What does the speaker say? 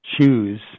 choose